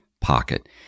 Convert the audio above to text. pocket